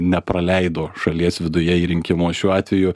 nepraleido šalies viduje į rinkimus šiuo atveju